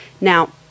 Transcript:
Now